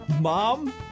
mom